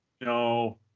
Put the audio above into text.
No